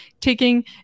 taking